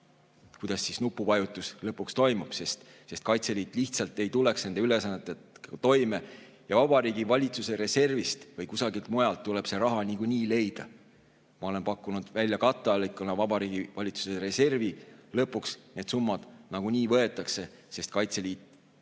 kuidas nupuvajutus lõpuks toimub, sest Kaitseliit lihtsalt ei tuleks nende ülesannetega toime ja Vabariigi Valitsuse reservist või kusagilt mujalt tuleb see raha niikuinii leida. Ma olen pakkunud katteallikana välja Vabariigi Valitsuse reservi. Lõpuks need summad nagunii [leitakse], sest Kaitseliit ei